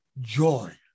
joy